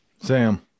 Sam